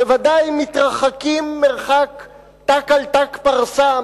שוודאי מתרחקים מרחק ת"ק על ת"ק פרסה,